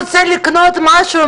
לעניין הקשר להשבחה,